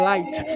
Light